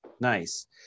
nice